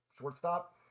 shortstop